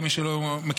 למי שלא מכיר,